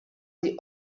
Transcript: sie